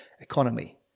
economy